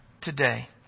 today